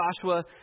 Joshua